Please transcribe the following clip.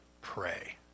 pray